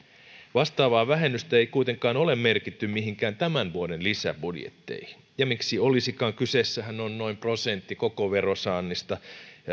vastaavaa vähennystä ei kuitenkaan ole merkitty mihinkään tämän vuoden lisäbudjetteihin ja miksi olisikaan kyseessähän on noin prosentti koko verosaannista